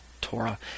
Torah